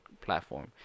platform